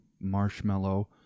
marshmallow